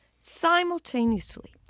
simultaneously